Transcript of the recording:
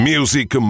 Music